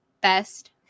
Best